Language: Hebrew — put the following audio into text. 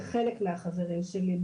בחלק מהחברים שלי,